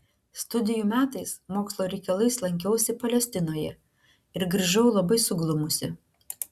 studijų metais mokslo reikalais lankiausi palestinoje ir grįžau labai suglumusi